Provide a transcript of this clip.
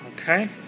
Okay